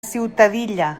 ciutadilla